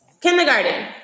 Kindergarten